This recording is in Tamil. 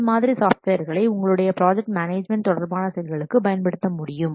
இந்த மாதிரி சாஃப்ட்வேர்களை உங்களுடைய ப்ராஜெக்ட் மேனேஜ்மெண்ட் தொடர்பான செயல்களுக்கு பயன்படுத்த முடியும்